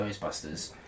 Ghostbusters